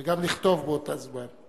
וגם לכתוב באותו זמן.